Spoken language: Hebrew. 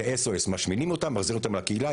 זה SOS, משמינים אותם, מחזירים אותם לקהילה.